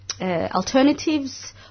alternatives